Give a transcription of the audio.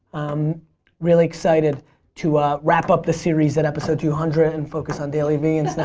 really excited to wrap up the series at episode two hundred and focus on dailyvee and stuff.